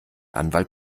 anwalt